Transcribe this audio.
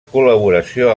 col·laboració